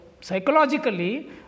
psychologically